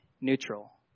neutral